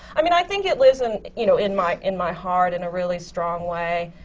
i mean, i think it lives, and you know, in my in my heart in a really strong way.